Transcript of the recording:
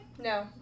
No